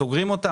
סוגרים אותה?